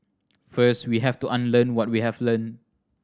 first we have to unlearn what we have learnt